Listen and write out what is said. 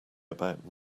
about